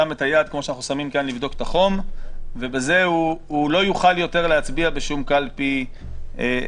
שם את היד ובזה הוא לא יוכל יותר להצביע בשום קלפי בארץ.